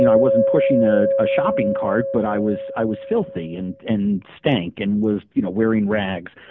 and i wasn't pushing a shopping cart, but i was i was filthy and and stank and was you know wearing rags.